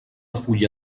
fulla